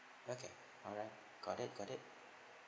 okay alright got it got it